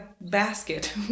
basket